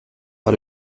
par